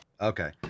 Okay